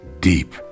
deep